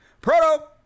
Proto